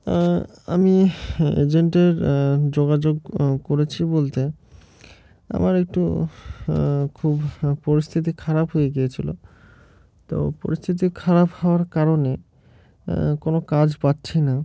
আমি এজেন্টের যোগাযোগ করেছি বলতে আমার একটু খুব পরিস্থিতি খারাপ হয়ে গিয়েছিলো তো পরিস্থিতি খারাপ হওয়ার কারণে কোনো কাজ পাচ্ছি না